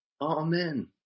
Amen